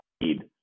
need